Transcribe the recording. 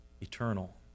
eternal